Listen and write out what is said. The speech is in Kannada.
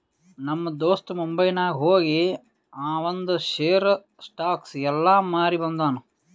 ನಮ್ ದೋಸ್ತ ಮುಂಬೈನಾಗ್ ಹೋಗಿ ಆವಂದ್ ಶೇರ್, ಸ್ಟಾಕ್ಸ್ ಎಲ್ಲಾ ಮಾರಿ ಬಂದುನ್